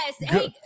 yes